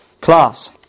class